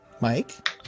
Mike